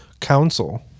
council